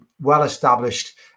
well-established